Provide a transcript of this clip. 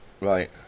Right